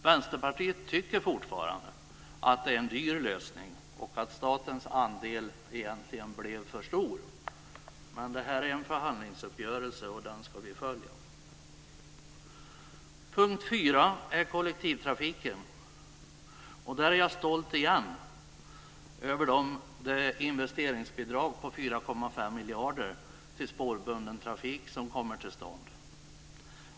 Vänsterpartiet tycker fortfarande att det är en dyr lösning och att statens andel egentligen blev för stor. Men det här är en förhandlingsuppgörelse, och den ska vi följa. För det fjärde: kollektivtrafiken. Där är jag stolt igen över det investeringsbidrag på 4,5 miljarder till spårbunden trafik som kommer till stånd.